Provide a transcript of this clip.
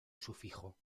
sufijo